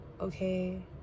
Okay